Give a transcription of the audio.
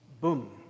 Boom